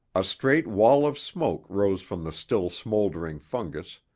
a straight wall of smoke rose from the still smouldering fungus,